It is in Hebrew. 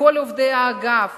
לכל עובדי האגף,